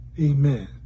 amen